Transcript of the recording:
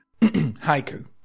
Haiku